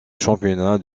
championnat